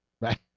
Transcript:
Right